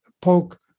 poke